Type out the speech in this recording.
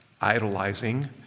idolizing